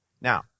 Now